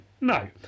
No